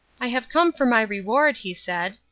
i have come for my reward, he said.